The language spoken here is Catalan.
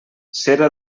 cera